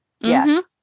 Yes